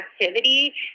activity